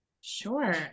sure